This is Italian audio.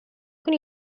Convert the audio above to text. con